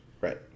Right